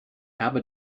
habe